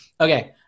Okay